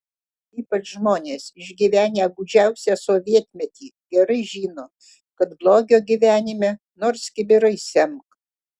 ypač žmonės išgyvenę gūdžiausią sovietmetį gerai žino kad blogio gyvenime nors kibirais semk